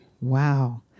Wow